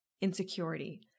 Insecurity